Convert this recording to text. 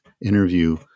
interview